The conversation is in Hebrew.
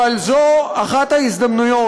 אבל זו אחת ההזדמנויות,